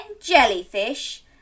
jellyfish